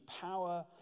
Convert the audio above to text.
power